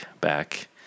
back